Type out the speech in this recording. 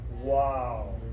wow